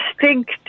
distinct